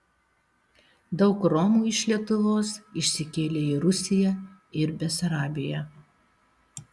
daug romų iš lietuvos išsikėlė į rusiją ir besarabiją